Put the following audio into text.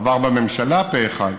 עבר בממשלה פה אחד,